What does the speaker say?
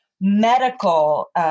medical –